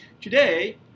Today